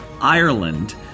Ireland